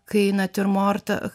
kai natiurmortą